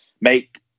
make